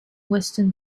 western